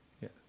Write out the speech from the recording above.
Yes